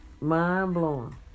Mind-blowing